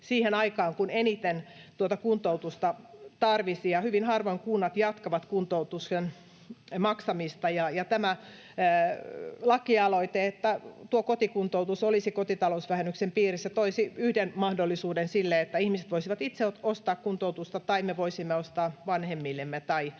siihen aikaan, kun eniten kuntoutusta tarvitsisi, ja hyvin harvoin kunnat jatkavat kuntoutuksen maksamista. Tämä lakialoite, että kotikuntoutus olisi kotitalousvähennyksen piirissä, toisi yhden mahdollisuuden sille, että ihmiset voisivat itse ostaa kuntoutusta tai me voisimme ostaa vanhemmillemme tai